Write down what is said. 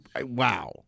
Wow